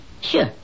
sure